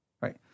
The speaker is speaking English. right